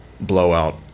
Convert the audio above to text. Blowout